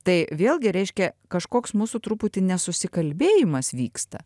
tai vėlgi reiškia kažkoks mūsų truputį nesusikalbėjimas vyksta